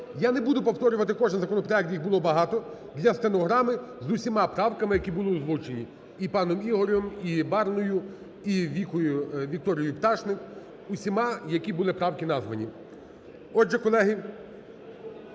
Я не буду повторювати кожен законопроект, їх було багато. Для стенограми: з усіма правками, які були озвучені: і паном Ігорем, і Барною, і Вікторією Пташник – усіма, які були правки названі. Отже, колеги,